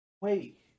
wait